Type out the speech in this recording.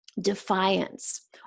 defiance